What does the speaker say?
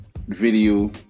video